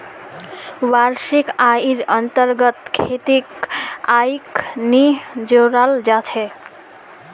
वार्षिक आइर अन्तर्गत खेतीर आइक नी जोडाल जा छेक